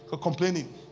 Complaining